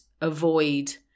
avoid